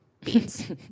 Beans